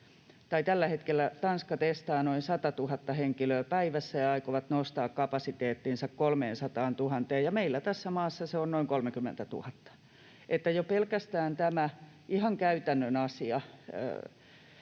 tällä hetkellä Tanska testaa noin 100 000 henkilöä päivässä ja he aikovat nostaa kapasiteettinsa 300 000:een ja meillä tässä maassa se on noin 30 000, eli jo pelkästään ihan tämä käytännön asia